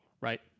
right